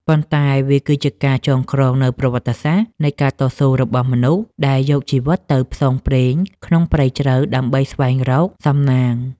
ប៉ុន្តែវាគឺជាការចងក្រងនូវប្រវត្តិសាស្ត្រនៃការតស៊ូរបស់មនុស្សដែលយកជីវិតទៅផ្សងព្រេងក្នុងព្រៃជ្រៅដើម្បីស្វែងរកសំណាង។